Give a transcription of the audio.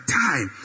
time